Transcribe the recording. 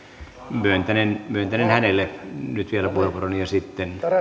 myöntänen myöntänen hänelle nyt vielä puheenvuoron ja sitten